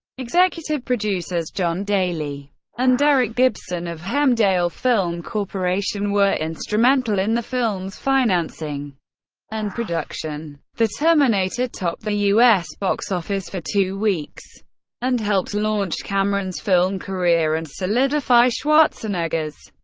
executive producers john daly and derek gibson of hemdale film corporation were instrumental in the film's financing and production. the terminator topped the us box office for two weeks and helped launch cameron's film career and solidify schwarzenegger's.